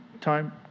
time